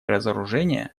разоружение